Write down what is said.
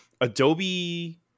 Adobe